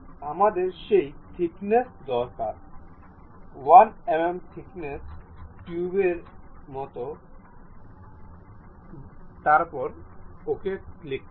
আমাদের সেই থিকনেস দরকার নেই 1 mm থিকনেস টিউবের মতো যথেষ্ট ভাল তারপরে OK ক্লিক করুন